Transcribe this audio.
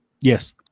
Yes